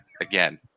again